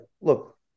look